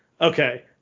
Okay